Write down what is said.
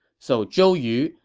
so zhou yu,